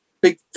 big